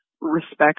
respect